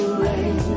rain